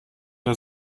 der